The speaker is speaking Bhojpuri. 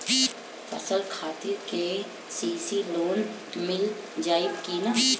फसल खातिर के.सी.सी लोना मील जाई किना?